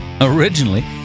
Originally